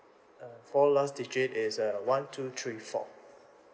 uh four last digit is uh one two three four